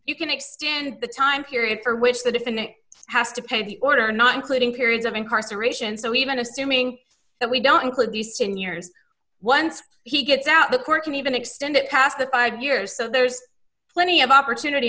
you can extend the time period for which the defendant has to pay the order not including periods of incarceration so even assuming that we don't include use in years once he gets out the court can even extend it past the five years so there's plenty of opportunity